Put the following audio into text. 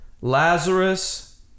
Lazarus